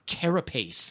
carapace